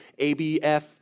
ABF